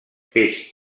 peix